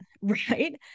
Right